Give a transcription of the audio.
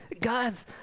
God's